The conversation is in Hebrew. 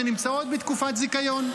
שנמצאות בתקופת זיכיון.